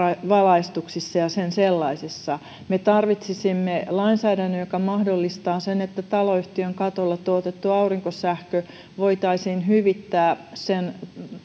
valaistuksissa ja sen sellaisissa me tarvitsisimme lainsäädännön joka mahdollistaa sen että taloyhtiön katolla tuotettu aurinkosähkö voitaisiin hyvittää sen